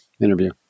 interview